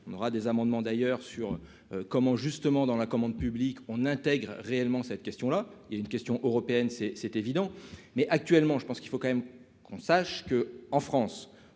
on aura des amendements d'ailleurs sur comment, justement dans la commande publique on intègre réellement cette question là, il y a une question européenne c'est, c'est évident, mais actuellement je pense qu'il faut quand même qu'on sache que, en France,